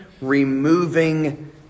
removing